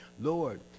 Lord